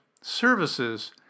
services